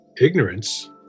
ignorance